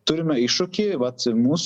turime iššūkį vat mūs